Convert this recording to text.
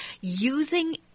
using